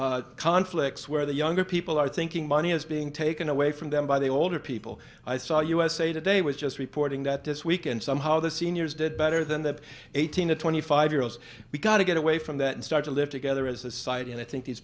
generational conflicts where the younger people are thinking money is being taken away from them by the older people i saw usa today was just reporting that this weekend somehow the seniors did better than the eighteen to twenty five year olds we got to get away from that and start to live together as a society and i think these